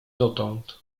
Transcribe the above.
dotąd